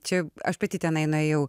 čia aš pati tenai nuėjau